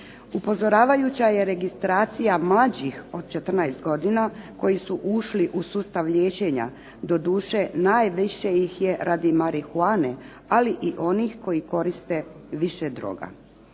Upozoravajuća je registracija mlađih od 14 godina koji su ušli u sustav liječenja doduše najviše ih je radi marihuane, ali i onih koji koriste više droga.